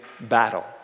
battle